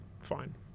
fine